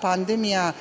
pandemija